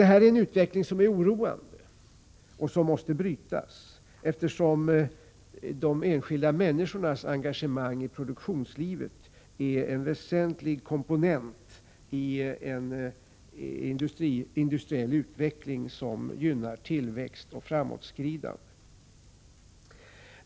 Denna tendens är oroande och måste brytas, eftersom de enskilda människornas engagemang i produktionslivet är en väsentlig komponent i en industriell utveckling som gynnar tillväxt och framåtskridande.